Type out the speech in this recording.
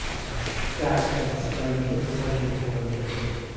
it's that kind of strength that you're looking for in the paper.